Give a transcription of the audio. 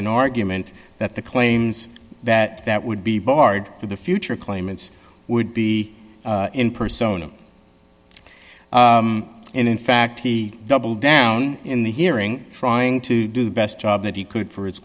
an argument that the claims that that would be barred to the future claimants would be in persona and in fact he doubled down in the hearing frying to do the best job that he could for his